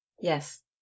Yes